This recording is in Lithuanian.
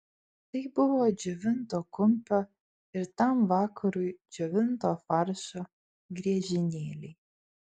tai buvo džiovinto kumpio ir tam vakarui džiovinto faršo griežinėliai